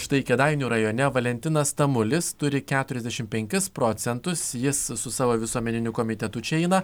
štai kėdainių rajone valentinas tamulis turi keturiasdešimt penkis procentus jis su savo visuomeniniu komitetu čia eina